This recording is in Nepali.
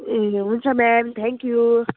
ए हुन्छ म्याम थ्याङ्क यु